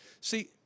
See